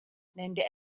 named